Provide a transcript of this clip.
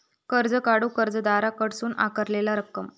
कर्ज काढूक कर्जदाराकडसून आकारलेला रक्कम